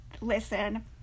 listen